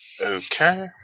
Okay